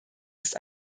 ist